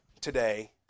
today